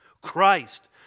Christ